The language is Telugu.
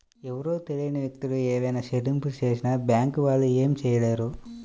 ఎవరో తెలియని వ్యక్తులు ఏవైనా చెల్లింపులు చేసినా బ్యేంకు వాళ్ళు ఏమీ చేయలేరు